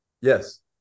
Yes